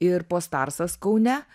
ir postarsas kaune